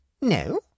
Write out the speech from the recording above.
No